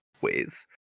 ways